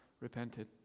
repented